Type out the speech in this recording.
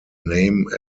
name